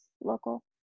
local